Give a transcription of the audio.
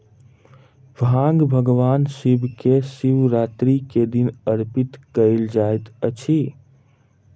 भांग भगवान शिव के शिवरात्रि के दिन अर्पित कयल जाइत अछि